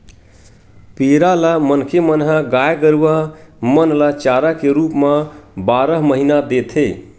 पेरा ल मनखे मन ह गाय गरुवा मन ल चारा के रुप म बारह महिना देथे